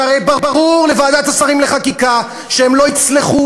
שהרי ברור לוועדת השרים לחקיקה שהם לא יצלחו